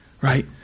Right